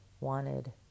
wanted